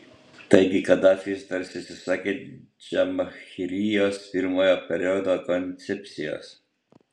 taigi kadafis tarsi atsisakė džamahirijos pirmojo periodo koncepcijos